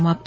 समाप्त